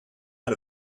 out